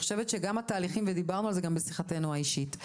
דיברנו על זה גם בשיחתנו האישית.